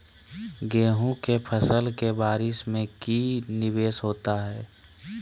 गेंहू के फ़सल के बारिस में की निवेस होता है?